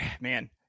man